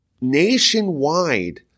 nationwide